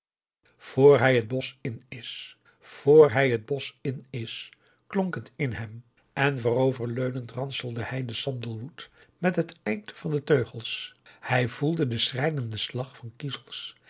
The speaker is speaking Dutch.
hij het bosch in is klonk het in hem en voorover leunend ranselde hij den sandelwood met het eind van de teugels hij voelde den schrijnenden slag van kiezels